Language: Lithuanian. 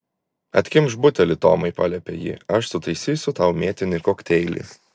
atkimšk butelį tomai paliepė ji aš sutaisysiu tau mėtinį kokteilį